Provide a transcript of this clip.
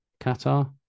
qatar